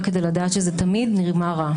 אז כל מה שאת אומרת, תעשי היפוך מראה